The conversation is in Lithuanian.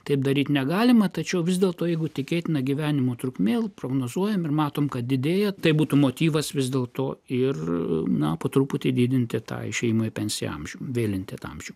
taip daryti negalima tačiau vis dėlto jeigu tikėtina gyvenimo trukmės prognozuojame ir matome kad didėja tai būtų motyvas vis dėl to ir na po truputį didinti tai išėjimo į pensiją amžių vėlinti amžių